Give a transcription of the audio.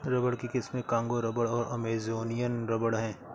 rubber की किस्में Congo rubber और अमेजोनियन रबर हैं